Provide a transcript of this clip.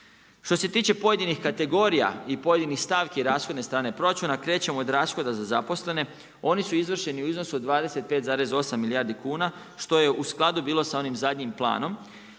Što se tiče pojedinih kategorija i pojedinih stavki rashodne strane proračuna krećemo od rashoda za zaposlene. Oni su izvršeni u iznosu od 25,8 milijardi kuna što je u skladu bilo sa onim zadnjim planom